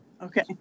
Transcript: okay